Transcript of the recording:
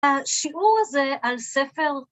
השיעור הזה על ספר